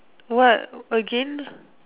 what again